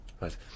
Right